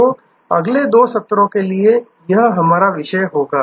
तो अगले दो सत्रों के लिए यह हमारा विषय होगा